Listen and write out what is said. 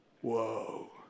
Whoa